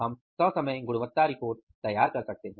हम ससमय गुणवत्ता रिपोर्ट तैयार कर सकते हैं